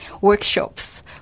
workshops